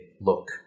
look